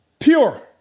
Pure